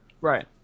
right